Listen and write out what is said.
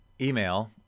email